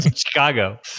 Chicago